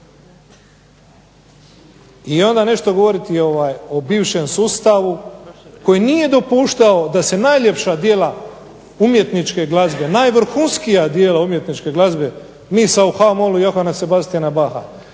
I onda nešto govoriti o bivšem sustavu koji nije dopuštao da se najljepša djela umjetničke glazbe, najvrhunskija djela umjetničke glazbe misal u H-molu Johanna Sebastiana Bacha,